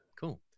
Cool